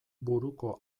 buruko